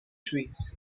trees